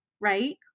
right